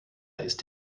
ist